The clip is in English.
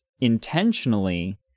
intentionally